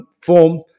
form